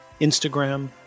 Instagram